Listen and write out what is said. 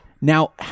Now